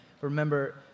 Remember